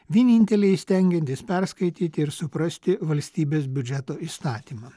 vieninteliai įstengiantys perskaityti ir suprasti valstybės biudžeto įstatymą